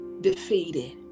defeated